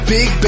Big